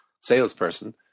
salesperson